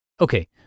Okay